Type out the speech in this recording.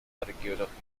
arqueológico